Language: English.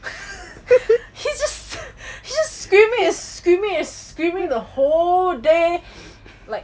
he's he's just screaming and screaming and screaming the whole day like